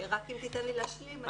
אם תיתן להשלים.